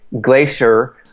glacier